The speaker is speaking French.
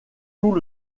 tout